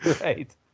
Right